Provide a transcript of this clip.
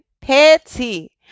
petty